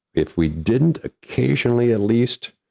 if we didn't occasionally at least